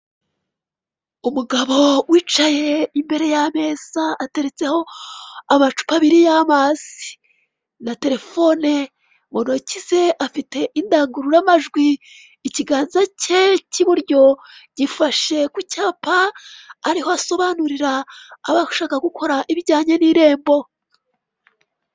Umugabo wicaye imbere y'ameza ateretseho amacupa abiri y'amazi. Na telefone muntoki ze afite indangururamajwi, ikiganza cye cy'iburyo gifashe ku cyapa, ariho asobanurira abashaka gukora ibijyanye n'irembo.